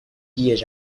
dias